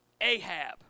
Ahab